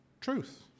truth